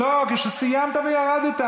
לא, כשסיימת וירדת.